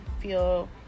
feel